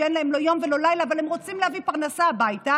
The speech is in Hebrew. שאין להם לא יום ולא לילה אבל הם רוצים להביא פרנסה הביתה,